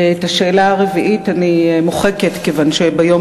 את השאלה הרביעית אני מוחקת כיוון שביום